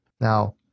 Now